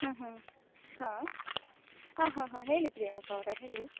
ಹ್ಞೂ ಹ್ಞೂ ಹಾಂ ಹಾಂ ಹಾಂ ಹಾಂ ಹೇಳಿ ಪ್ರಿಯಾಂಕ ಅವರೆ ಹೇಳಿ